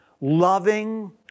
loving